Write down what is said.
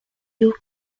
géo